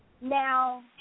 Now